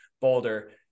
Boulder